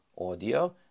audio